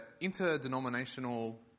interdenominational